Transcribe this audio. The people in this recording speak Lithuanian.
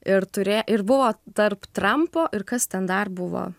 ir turė ir buvo tarp trampo ir kas ten dar buvo